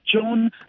John